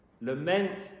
Lament